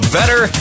Better